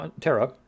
Terra